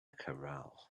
corral